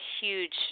huge